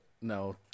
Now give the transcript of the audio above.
no